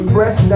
Press